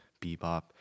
bebop